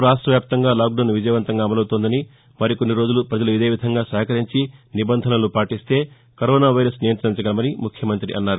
రాష్టవ్యాప్తంగా lockdown విజయవంతంగా అమలవుతోందని మరికొన్ని రోజులు ప్రజలు ఇదేవిధంగా సహకరించి నిబంధనలు పాటిస్తే కరోనా వైరస్ నియంతించగలమని ముఖ్యమంత్రి అన్నారు